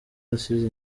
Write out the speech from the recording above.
yasize